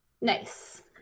Nice